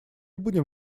будем